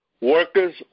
Workers